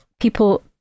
people